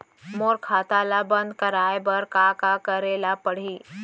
मोर खाता ल बन्द कराये बर का का करे ल पड़ही?